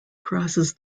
crosses